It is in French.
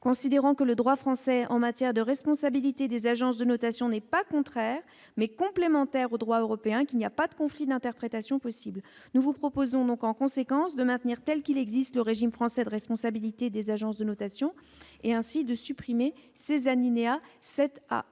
considérant que le droit français en matière de responsabilité des agences de notation n'est pas contraire mais complémentaires au droit européen, qu'il n'y a pas de conflit d'interprétations possibles, nous vous proposons donc en conséquence de maintenir telle qu'il existe le régime français de responsabilité des agences de notation et ainsi de supprimer ces animé à